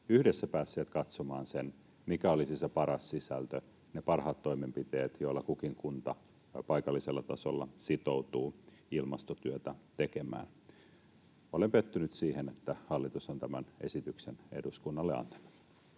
yhdessä päässeet katsomaan sen, mikä olisi se paras sisältö, ne parhaat toimenpiteet, joilla kukin kunta paikallisella tasolla sitoutuu ilmastotyötä tekemään. Olen pettynyt siihen, että hallitus on tämän esityksen eduskunnalle antanut.